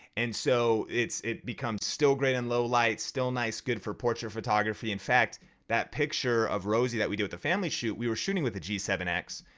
and so it becomes still great in low lights, still nice good for portrait photography. in fact that picture of rosie that we did with the family shoot, we were shooting with the g seven x.